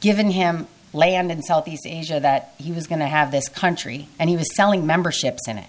given him land in southeast asia that he was going to have this country and he was selling memberships in it